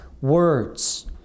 words